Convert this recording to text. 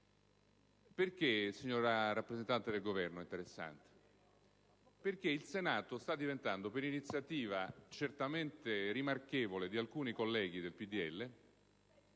Il Senato sta diventando, per iniziativa certamente rimarchevole di alcuni colleghi del PdL,